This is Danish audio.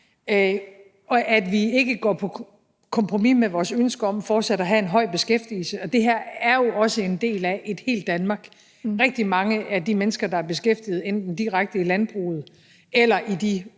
vegne, og ikke går på kompromis med vores ønske om fortsat at have en høj beskæftigelse. Det her er jo også en del af et helt Danmark. Rigtig mange af de mennesker, der er beskæftiget enten direkte i landbruget eller i de